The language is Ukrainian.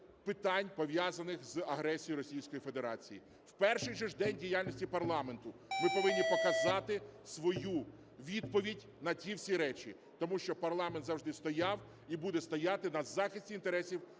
питань, пов'язаних з агресією Російської Федерації. У перший же день діяльності парламенту ми повинні показати свою відповідь на ті всі речі, тому що парламент завжди стояв і буде стояти на захисті інтересів